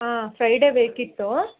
ಹಾಂ ಫ್ರೈಡೆ ಬೇಕಿತ್ತು